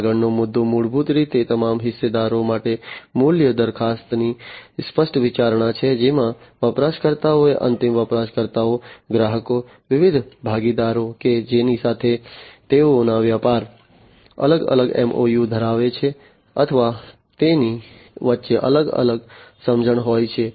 આગળનો મુદ્દો મૂળભૂત રીતે તમામ હિસ્સેદારો માટે મૂલ્ય દરખાસ્તની સ્પષ્ટ વિચારણા છે જેમાં વપરાશકર્તાઓ અંતિમ વપરાશકર્તાઓ ગ્રાહકો વિવિધ ભાગીદારો કે જેની સાથે તેઓના વ્યાપાર અલગ અલગ MOU ધરાવે છે અથવા તેમની વચ્ચે અલગ અલગ સમજણ હોય છે